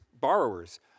borrowers